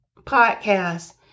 podcast